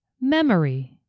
memory